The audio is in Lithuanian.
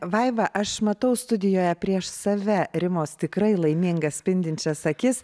vaiva aš matau studijoje prieš save rimos tikrai laimingas spindinčias akis